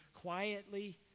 quietly